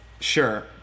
sure